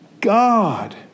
God